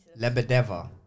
Lebedeva